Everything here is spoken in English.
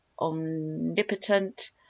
omnipotent